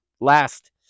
last